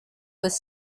with